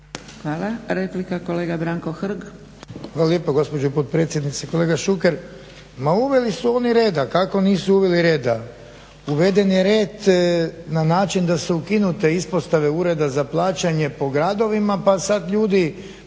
Hvala. Replika kolega Branko Hrg. **Hrg, Branko (HSS)** Hvala lijepo gospođo potpredsjednice. Kolega Šuker, ma uveli su oni reda, kako nisu, uveden je red na način da su ukinute ispostave ureda za plaćanje po gradovima pa sad ljudi